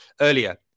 earlier